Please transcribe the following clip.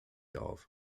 auf